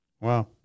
wow